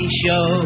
show